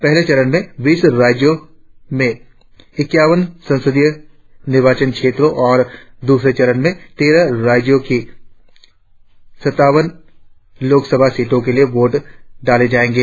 पहले चरण में बीस राज्यों में इक्यानबे संसदीय निर्वाचन क्षेत्रों और दूसरे चरण में तेरह राज्यों की सत्तानबे लोकसभा सीटों के लिए वोट डाले जाएंगे